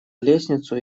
лестницу